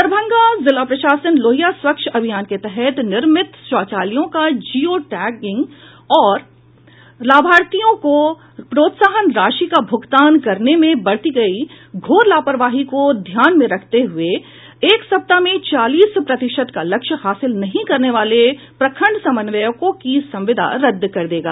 दरभंगा जिला प्रशासन लोहिया स्वच्छ अभियान के तहत निर्मित शौचालयों का जियो टैगिंग और लाभार्थियों को प्रोत्साहन राशि का भुगतान करने में बरती गई घोर लापरवाही को ध्यान में रखते हुये एक सप्ताह में चालीस प्रतिशत का लक्ष्य हासिल नहीं करने वाले प्रखंड समन्वयकों की संविदा रद्द कर देगा